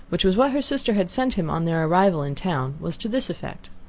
which was what her sister had sent him on their arrival in town, was to this effect.